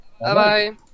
Bye-bye